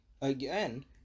again